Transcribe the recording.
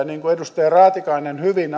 niin kuin edustaja raatikainen hyvin